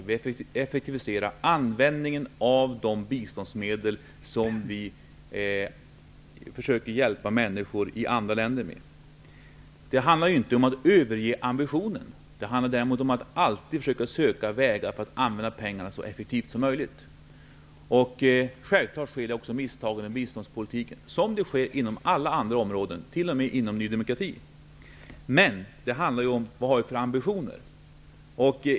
Vi effektiviserar användningen av de biståndsmedel som vi försöker hjälpa människor i andra länder med. Det handlar inte om att överge ambitionen. Det handlar däremot om att alltid försöka söka vägar för att pengarna skall användas så effektivt som möjligt. Självklart sker det också misstag inom biståndspolitiken, liksom inom alla andra områden, t.o.m. inom Ny demokrati. Men det handlar om vad man har för ambitioner.